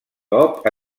cop